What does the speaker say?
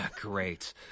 great